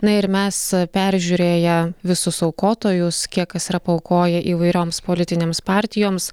na ir mes peržiūrėję visus aukotojus kiek kas yra paaukoję įvairioms politinėms partijoms